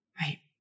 Right